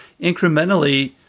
incrementally